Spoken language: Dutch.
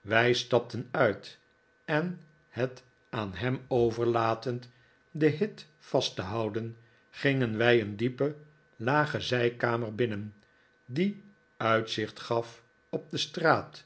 wij stapten uit en het aan hem overlatend den hit vast te houden gingen wij een diepe lage zijkamer binnen die uitzicht gaf op de straat